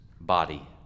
body